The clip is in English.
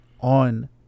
on